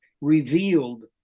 revealed